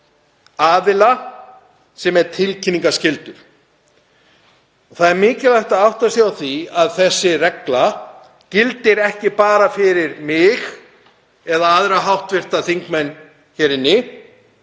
aðila sem er tilkynningarskyldur. Það er mikilvægt að átta sig á því að þessi regla gildir ekki bara fyrir mig eða aðra hv. þingmenn hér inni